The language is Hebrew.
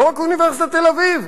לא רק אוניברסיטת תל-אביב,